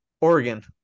Oregon